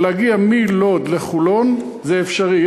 אבל להגיע מלוד לחולון זה אפשרי,